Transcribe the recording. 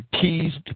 teased